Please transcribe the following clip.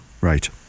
Right